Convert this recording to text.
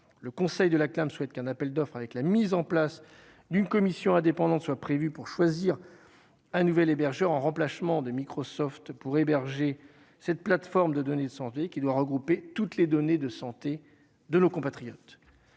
le conseil de la CNAM souhaite qu'un appel d'offres avec la mise en place d'une commission indépendante soit prévue pour choisir un nouvel hébergeur en remplacement de Microsoft pour héberger cette plateforme de donner son avis, qui doit regrouper toutes les données de santé de nos compatriotes,